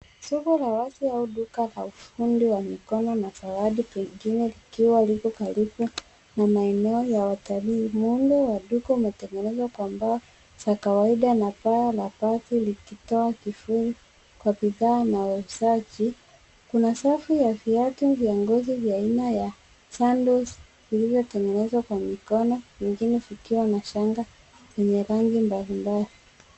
Soko la wazi au duka la ufundi wa mikono na zawadi pengine likiwa karibu na maeneo ya watalii. Muundo wa duka umetengenezwa na mbao za kawaida na paa la bati likitoa kivuli kwa bidhaa na wauzaji. Kuna safu ya viatu vya ngozi vya aina ya sandals vilivyotengenezwa kwa mikono vingine vikiwa na shanga zenye rangi mbalimbali.